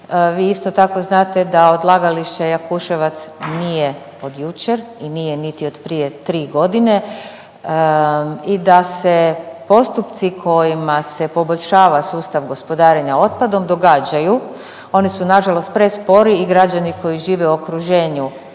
Vi isto tako znate da odlagalište Jakuševac nije od jučer i nije niti od prije tri godine i da se postupci kojima se poboljšava sustav gospodarenja otpadom događaju. Oni su na žalost prespori i građani koji žive u okruženju